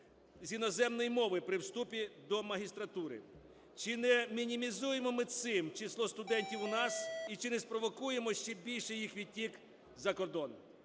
з іноземної мови при вступі до магістратури. Чи не мінімізуємо ми цим число студентів у нас і не спровокуємо ще більший їх відтік за кордон?